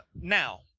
now